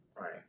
right